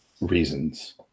reasons